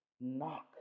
knock